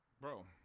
Bro